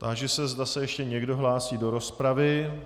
Táži se, zda se ještě někdo hlásí do rozpravy.